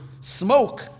smoke